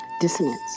dissonance